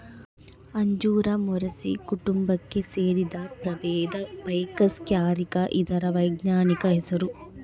ಅಂಜೂರ ಮೊರಸಿ ಕುಟುಂಬಕ್ಕೆ ಸೇರಿದ ಪ್ರಭೇದ ಫೈಕಸ್ ಕ್ಯಾರಿಕ ಇದರ ವೈಜ್ಞಾನಿಕ ಹೆಸರು